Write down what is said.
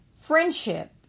Friendship